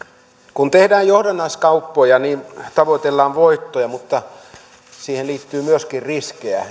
kun tehdään johdannaiskauppoja tavoitellaan voittoja mutta siihen liittyy myöskin riskejä